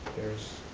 there's a